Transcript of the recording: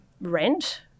rent